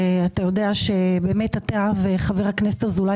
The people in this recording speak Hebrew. אתה יודע שבאמת אתה וחבר הכנסת אזולאי